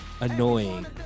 annoying